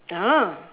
ah